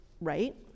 right